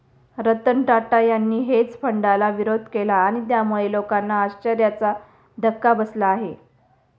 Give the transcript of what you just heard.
रतन टाटा यांनी हेज फंडाला विरोध केला आणि त्यामुळे लोकांना आश्चर्याचा धक्का बसला आहे